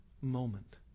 moment